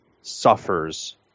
suffers